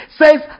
says